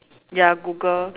ya Google